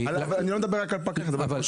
מדבר רק על פקח, אני מדבר גם על שוטר.